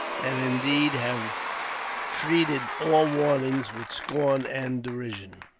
and indeed have treated all warnings with scorn and derision.